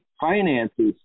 finances